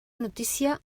notícia